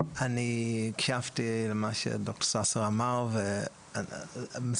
אני הקשבתי למה שד"ר ססר אמר; משרד